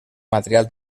material